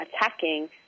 attacking